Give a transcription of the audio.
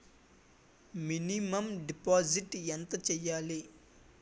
Minimum deposit ఎంత చెయ్యాలి?